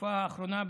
בתקופה האחרונה,